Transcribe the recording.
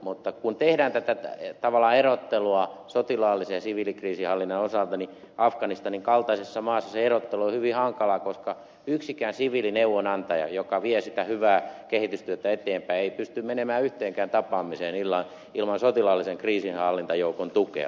mutta kun tehdään tätä tavallaan erottelua sotilaallisen ja siviilikriisinhallinnan osalta niin afganistanin kaltaisessa maassa se erottelu on hyvin hankalaa koska yksikään siviilineuvonantaja joka vie sitä hyvää kehitystyötä eteenpäin ei pysty menemään yhteenkään tapaamiseen ilman sotilaallisen kriisinhallintajoukon tukea